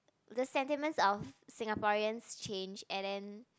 the sentiments of Singaporeans change and then